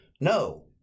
No